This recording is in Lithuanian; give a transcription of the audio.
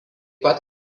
pat